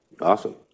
Awesome